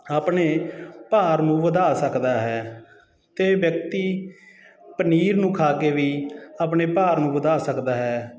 ਆਪਣੇ ਭਾਰ ਨੂੰ ਵਧਾ ਸਕਦਾ ਹੈ ਅਤੇ ਵਿਅਕਤੀ ਪਨੀਰ ਨੂੰ ਖਾ ਕੇ ਵੀ ਆਪਣੇ ਭਾਰ ਨੂੰ ਵਧਾ ਸਕਦਾ ਹੈ